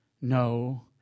No